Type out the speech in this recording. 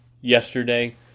yesterday